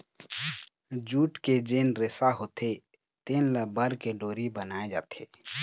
jute के जेन रेसा होथे तेन ल बर के डोरी बनाए जाथे